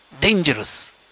Dangerous